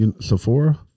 Sephora